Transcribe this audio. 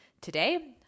Today